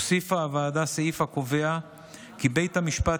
הוסיפה הוועדה סעיף הקובע כי בית המשפט